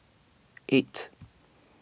eight